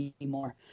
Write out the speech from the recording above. anymore